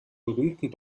berühmten